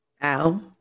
Al